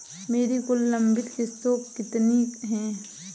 मेरी कुल लंबित किश्तों कितनी हैं?